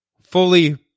fully